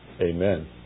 Amen